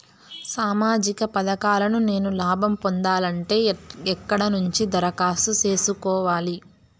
సామాజిక పథకాలను నేను లాభం పొందాలంటే ఎక్కడ నుంచి దరఖాస్తు సేసుకోవాలి?